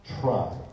try